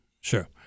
Sure